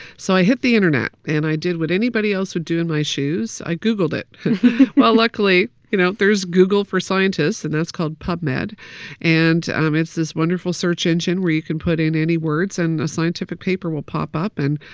so i hit the internet, and i did what anybody else would do in my shoes. i googled it well, luckily, you know, there's google for scientists. and that's called pubmed. and um it's this wonderful search engine where you can put in any words and a scientific paper will pop up. and,